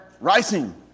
rising